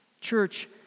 Church